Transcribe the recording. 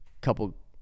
couple